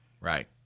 Right